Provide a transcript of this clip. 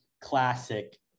classic